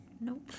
Nope